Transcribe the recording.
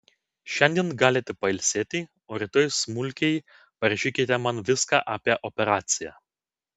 šiandien galite pailsėti o rytoj smulkiai parašykite man viską apie operaciją